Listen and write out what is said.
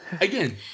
Again